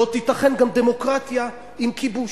לא תיתכן גם דמוקרטיה עם כיבוש.